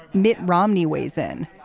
mitt romney weighs in.